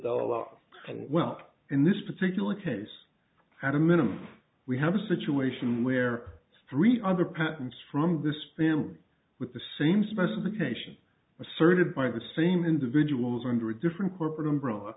go along and well in this particular case had a minimum we have a situation where three other patents from this pan with the same specification asserted by the same individuals under different corporate ambr